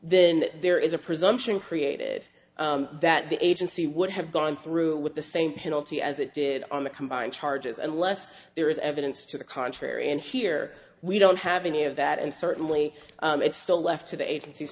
then there is a presumption created that the agency would have gone through with the same penalty as it did on the combined charges and less there is evidence to the contrary and here we don't have any of that and certainly it's still left to the agenc